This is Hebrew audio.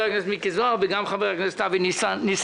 הכנסת מיקי זוהר וגם חבר הכנסת אבי ניסנקורן